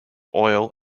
oil